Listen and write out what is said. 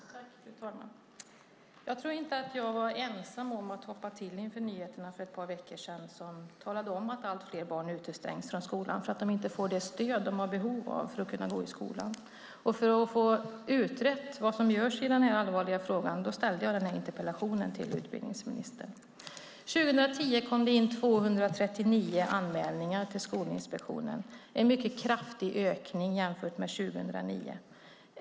Fru talman! Jag tror inte att jag var ensam om att hoppa till inför nyheterna för ett par veckor sedan som talade om att allt fler barn utestängs från skolan för att de inte får det stöd de har behov av för att kunna gå i skolan. För att få utrett vad som görs i den här allvarliga frågan ställde jag den här interpellationen till utbildningsministern. År 2010 kom det in 239 anmälningar till Skolinspektionen. Det är en mycket kraftig ökning jämfört med 2009.